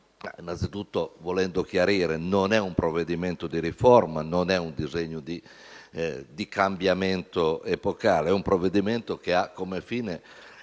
Innanzitutto, volendo chiarire, non è un provvedimento di riforma, né un disegno di cambiamento epocale: è un provvedimento che ha, come fine,